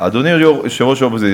אדוני יושב-ראש האופוזיציה,